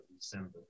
December